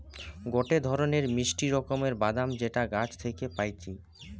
গটে ধরণের মিষ্টি রকমের বাদাম যেটা গাছ থাকি পাইটি